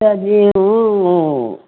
तब जे ओ